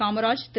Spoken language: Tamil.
காமராஜ் திரு